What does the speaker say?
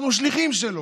אנחנו שליחים שלו.